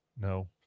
No